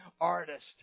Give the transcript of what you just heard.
artist